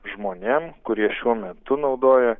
žmonėm kurie šiuo metu naudoja